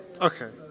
Okay